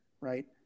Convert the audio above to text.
right